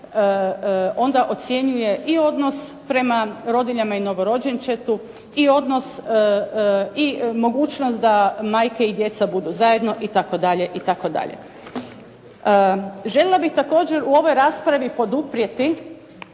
onda ocjenjuje i odnos prema rodiljama i novorođenčetu i odnos i mogućnost da majke i djeca budu zajedno itd. itd. Željela bih također u ovoj raspravi poduprijeti